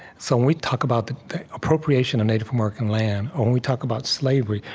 so, when we talk about the appropriation of native american land, or when we talk about slavery,